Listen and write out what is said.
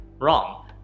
Wrong